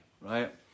right